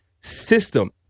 system